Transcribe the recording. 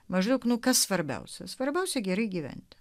maždaug nu kas svarbiausia svarbiausia gerai gyventi